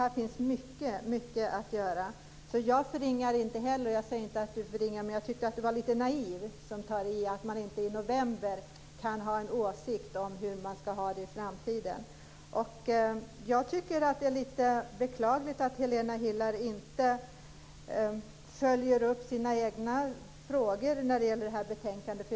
Jag förringar inte, och tycker inte att Helena Hillar Rosenqvist heller gör det. Men jag tyckte att Helena Hillar Rosenqvist var litet naiv som sade att man inte i november kan ha en åsikt om hur man ska ha det i framtiden. Jag tycker att det är litet beklagligt att Helena Hillar Rosenqvist inte följer upp sina egna frågor när det gäller det här betänkandet.